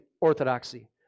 orthodoxy